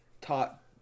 taught